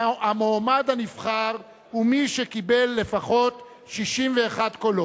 המועמד הנבחר הוא מי שקיבל לפחות 61 קולות.